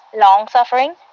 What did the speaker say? long-suffering